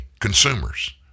consumers